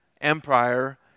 Empire